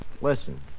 listen